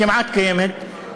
הכמעט-קיימת,